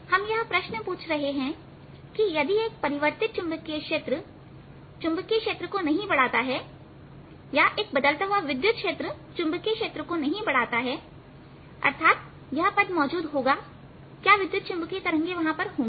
हम यह प्रश्न पूछ रहे हैं कि यदि एक परिवर्तित चुंबकीय क्षेत्र चुंबकीय क्षेत्र को नहीं बढ़ाता है या एक बदलता हुआ विद्युत क्षेत्र चुंबकीय क्षेत्र को नहीं बढ़ाता है अर्थात यह पद मौजूद नहीं होगा तो क्या विद्युत चुंबकीय तरंगे वहां होंगी